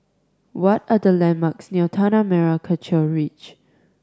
what are the landmarks near Tanah Merah Kechil Ridge